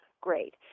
great